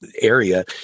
area